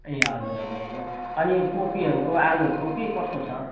ए हजुर हजुर हजुर अनि कोपीहरूको आलुहरूको के कस्तो छ